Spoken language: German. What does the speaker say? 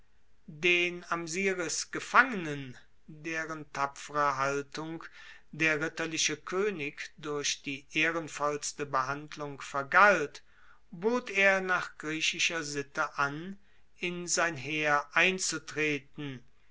den am siris gefangenen deren tapfere haltung der ritterliche koenig durch die ehrenvollste behandlung vergalt bot er nach griechischer sitte an in sein heer einzutreten